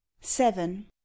seven